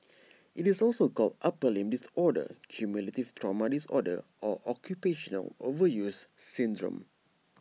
IT is also called upper limb disorder cumulative trauma disorder or occupational overuse syndrome